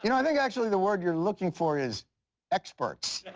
you know i think actually the word you are looking for is experts.